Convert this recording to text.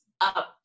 up